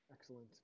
Excellent